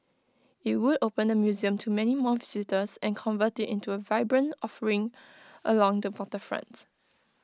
IT would open the museum to many more visitors and convert IT into A vibrant offering along the waterfronts